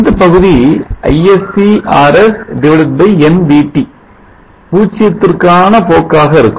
இந்தபகுதி Isc Rs nVT பூச்சியத்துக்கான போக்காக இருக்கும்